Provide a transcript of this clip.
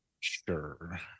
Sure